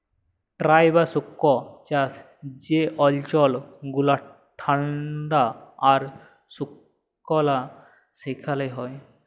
dry বা শুস্ক চাষ যে অল্চল গুলা ঠাল্ডা আর সুকলা সেখালে হ্যয়